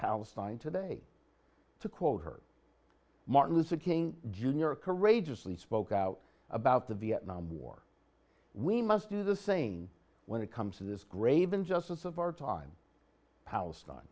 palestine today to quote her martin luther king jr courageously spoke out about the vietnam war we must do the same when it comes to this grave injustice of our time palestine